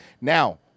now